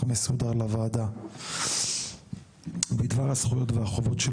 מסודר לעבודה בדבר הזכויות והחובות של